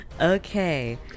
Okay